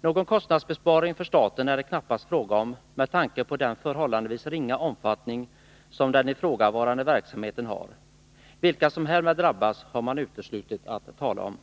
Någon kostnadsbesparing för staten är det knappast fråga om, med tanke på den förhållandevis ringa omfattning som den ifrågavarande verksamheten har. Vilka som härmed drabbas har man uteslutit att tala om.